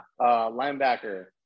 Linebacker